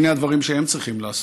הינה הדברים שהם צריכים לעשות: